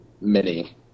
Mini